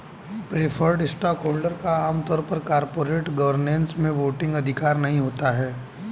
preferred stockholder का आम तौर पर कॉरपोरेट गवर्नेंस में वोटिंग अधिकार नहीं होता है